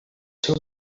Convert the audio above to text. seu